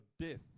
death